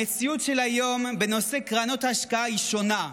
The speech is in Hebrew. המציאות של היום בנושא קרנות השקעה היא שונה.